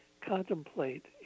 contemplate